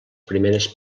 primeres